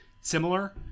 similar